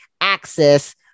access